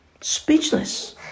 Speechless